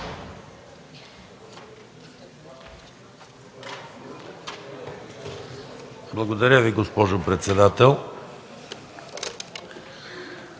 Благодаря Ви, госпожо председател.